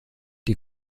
die